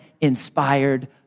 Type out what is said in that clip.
inspired